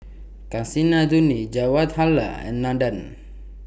Kasinadhuni Jawaharlal and Nandan